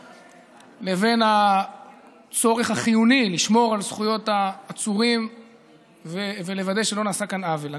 לבין הצורך החיוני לשמור על זכויות העצורים ולוודא שלא נעשה כאן עוול.